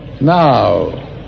Now